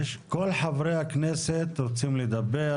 כל חברי הכנסת רוצים לדבר,